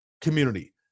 community